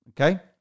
Okay